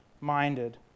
minded